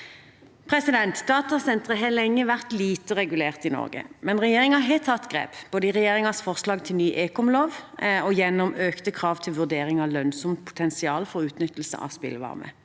i Norge. Datasentre har lenge vært lite regulert i Norge, men regjeringen har tatt grep, både i regjeringens forslag til ny ekomlov og gjennom økte krav til vurdering av lønnsomt potensial for utnyttelse av spillvarme.